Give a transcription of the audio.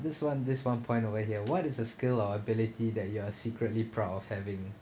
this one this one point over here what is a skill or ability that you are secretly proud of having